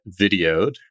videoed